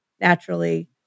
naturally